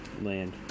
land